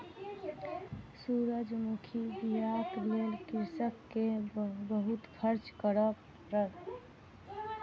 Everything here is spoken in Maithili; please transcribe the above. सूरजमुखी बीयाक लेल कृषक के बहुत खर्च करअ पड़ल